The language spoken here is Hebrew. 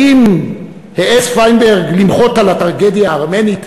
האם העז פיינברג למחות על הטרגדיה הארמנית